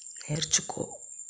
నేర్చుకో